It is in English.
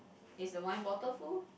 is the wine bottle full